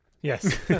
yes